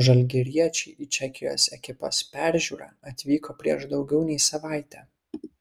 žalgiriečiai į čekijos ekipos peržiūrą atvyko prieš daugiau nei savaitę